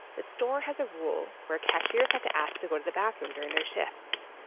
the store has a rule where cashiers have to ask to go to the bathroom during their shifts.